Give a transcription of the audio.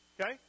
okay